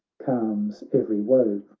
calms every woe,